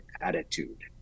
attitude